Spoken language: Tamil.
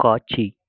காட்சி